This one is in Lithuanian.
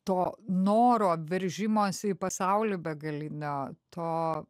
to noro veržimosi į pasaulį begalinio to